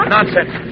Nonsense